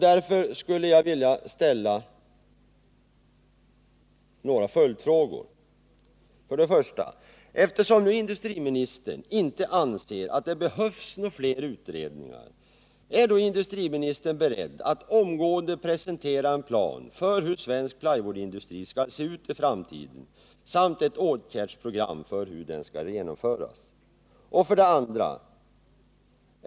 Därför skulle jag vilja ställa några följdfrågor: 1. Eftersom nu industriministern inte anser att det behövs några fler utredningar, är ni då beredd att omgående presentera en plan för hur svensk plywoodindustri skall se ut i framtiden samt ett åtgärdsprogram för hur den skall genomföras? 2.